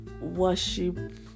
worship